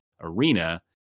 Arena